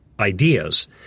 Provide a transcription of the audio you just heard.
ideas